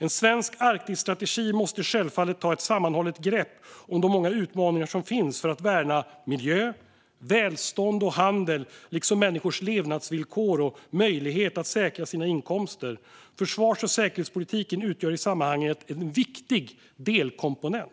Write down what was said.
En svensk Arktisstrategi måste självfallet ta ett sammanhållet grepp om de många utmaningar som finns för att värna miljö, välstånd och handel liksom människors levnadsvillkor och möjlighet att säkra sina inkomster. Försvars och säkerhetspolitiken utgör i sammanhanget en viktig delkomponent.